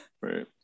Right